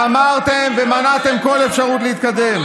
התעמרתם ומנעתם כל אפשרות להתקדם.